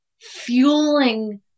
fueling